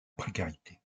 précarité